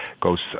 goes